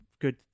good